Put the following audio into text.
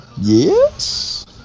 Yes